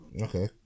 Okay